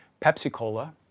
Pepsi-Cola